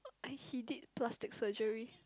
and he did plastic surgery